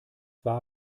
war